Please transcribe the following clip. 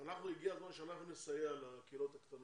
הגיע הזמן שאנחנו נסייע לקהילות הקטנות,